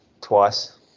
twice